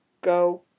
go